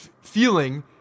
feeling